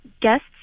guests